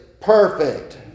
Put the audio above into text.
perfect